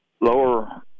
lower